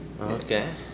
Okay